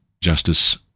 Justice